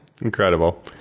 Incredible